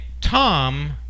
Tom